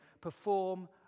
perform